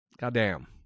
goddamn